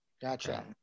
Gotcha